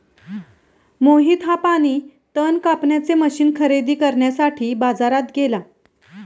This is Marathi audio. मोहित हा पाणी तण कापण्याचे मशीन खरेदी करण्यासाठी बाजारात गेला